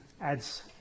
adds